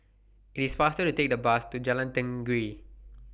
IT IS faster to Take The Bus to Jalan Tenggiri